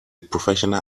professional